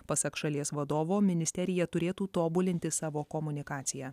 pasak šalies vadovo ministerija turėtų tobulinti savo komunikaciją